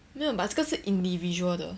没有 but 这个是 individual 的